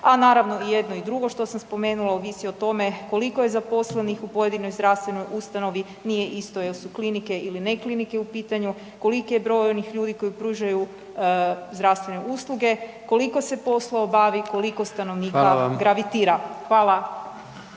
A naravno i jedno i drugo što sam spomenula, ovisi o tome koliko je zaposlenih u pojedinoj zdravstvenoj ustanovi, nije isto jel su klinike ili ne klinike u pitanju, koliki je broj onih ljudi koji pružaju zdravstvene usluge, koliko se posla obavi, koliko stanovnika …/Upadica: Hvala/…gravitira.